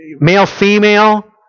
male-female